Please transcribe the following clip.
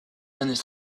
années